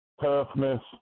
toughness